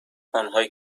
آنهایی